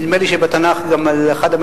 נדמה לי שבתנ"ך אחד המלכים,